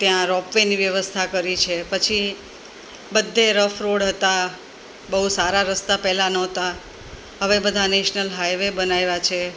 ત્યાં ropeway વ્યવસ્થા કરી છે પછી બધે રફ રોડ હતા બહું સારા રસ્તા પહેલાં નહોતાં હવે બધા નેશનલ હાઇ વે બનાવ્યા છે